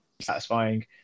satisfying